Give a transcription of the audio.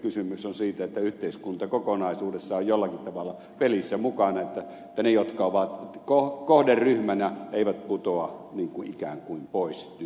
kysymys on siitä että yhteiskunta kokonaisuudessaan on jollakin tavalla pelissä mukana että ne jotka ovat kohderyhmänä eivät putoa ikään kuin pois tyhjyyteen